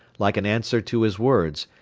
like an answer to his words,